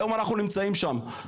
היום אנחנו נמצאים שם.